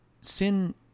Sin